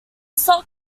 slot